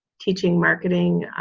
teaching marketing,